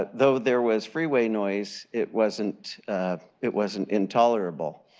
ah though there was freeway noise, it wasn't it wasn't intolerable.